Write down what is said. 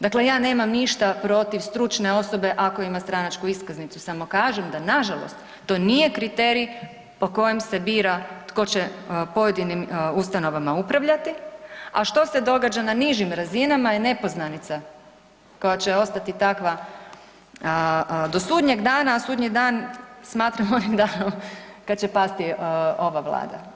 Dakle, ja nemam ništa protiv stručne osobe ako ima stranačku iskaznicu, samo kažem da nažalost to nije kriterij po kojem se bira tko pojedinim ustanovama upravljati, a što se događa na nižim razinama je nepoznanica koje će ostati takva do sudnjeg dana, a sudnji dan smatram onim danom kad će pasti ova vlada.